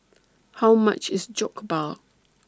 How much IS Jokbal